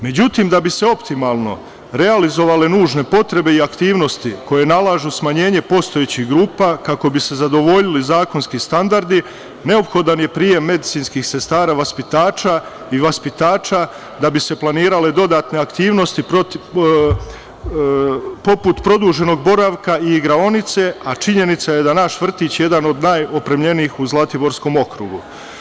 Međutim, da bi se optimalno realizovale nužne potrebe i aktivnosti koje nalažu smanjenje postojećih grupa, kako bi se zadovoljili zakonski standardi, neophodan je prijem medicinskih sestara i vaspitača da bi se planirale dodatne aktivnosti poput produženog boravka i igraonice, a činjenica je da je naš vrtić jedan od najopremljenijih u Zlatiborskom okrugu.